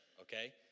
okay